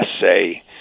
say